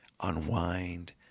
unwind